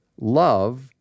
love